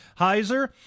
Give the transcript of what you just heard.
Heiser